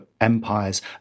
empires